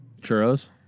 Churros